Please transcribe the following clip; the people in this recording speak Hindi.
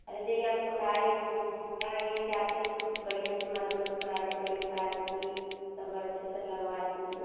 अरे यही आपको टाइम होगा ये कि आप इसको बढ़िया से मरम्मत करा दें बढ़िया तार बत्ती सब अच्छे से लगवा दीजिए